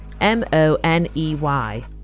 M-O-N-E-Y